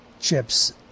chips